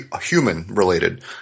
human-related